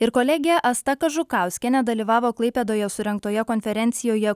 ir kolegė asta kažukauskienė dalyvavo klaipėdoje surengtoje konferencijoje